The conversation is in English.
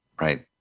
right